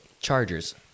Chargers